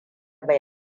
bai